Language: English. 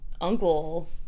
uncle